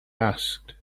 asked